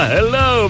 Hello